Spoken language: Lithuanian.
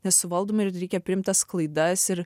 nesuvaldomi ir reikia priimt tas klaidas ir